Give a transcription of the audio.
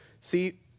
See